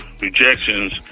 Rejections